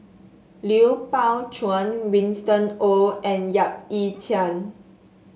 Lui Pao Chuen Winston Oh and Yap Ee Chian